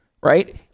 right